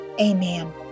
Amen